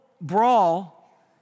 brawl